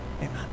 amen